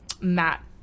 Matt